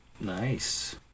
Nice